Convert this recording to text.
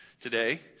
today